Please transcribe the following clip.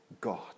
God